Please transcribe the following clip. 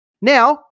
Now